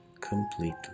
completely